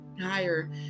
higher